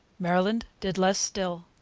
maryland did less still.